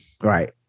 Right